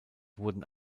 wurden